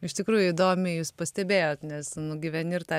iš tikrųjų įdomiai jūs pastebėjot nes nu gyveni ir tą